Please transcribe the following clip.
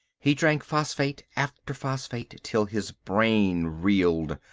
he drank phosphate after phosphate till his brain reeled.